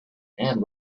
and